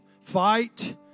fight